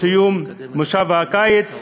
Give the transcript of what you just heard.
בסיום מושב הקיץ,